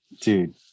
Dude